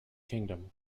kingdom